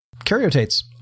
Karyotates